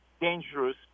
dangerous